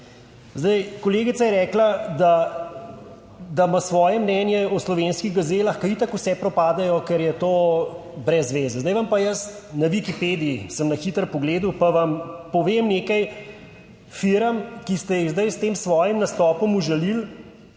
Zdaj, kolegica je rekla da, da ima svoje mnenje o slovenskih gazelah, ki itak vse propadejo, ker je to brez veze. Zdaj vam pa jaz, na Wikipediji sem na hitro pogledal pa vam povem nekaj firm, ki ste jih zdaj s tem svojim nastopom užalili,